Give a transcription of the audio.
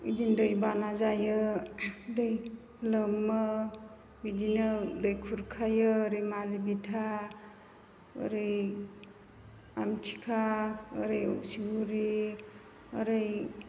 बिदिनो दै बाना जायो दै लोमो बिदिनो दै खुरखायो ओरै मालिबिथा ओरै आमथिखा ओरै अक्सिगुरि ओरै